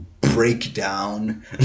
breakdown